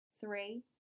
three